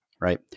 right